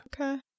Okay